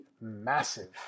massive